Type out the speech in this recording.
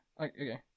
Okay